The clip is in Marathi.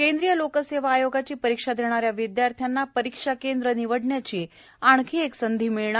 केंद्रीय लोक सेवा आयोगाची परीक्षा देणाऱ्या विदयार्थ्यांना परीक्षा स्थळ निवडण्यांची आणखी एक संधी मिळणार